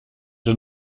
der